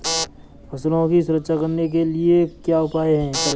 फसलों की सुरक्षा करने के लिए क्या उपाय करें?